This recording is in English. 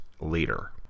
later